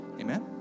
Amen